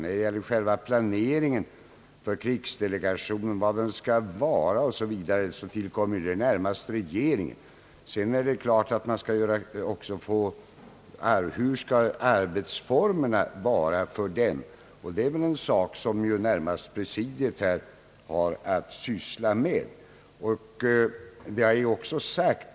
Krigsdelegationens planering — vilken funktion den skall ha osv. — tillkommer närmast regeringen. Arbetsformerna däremot tillkommer det presidiet för delegationen att bestämma om.